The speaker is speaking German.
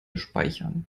speichern